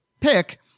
pick